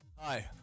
Hi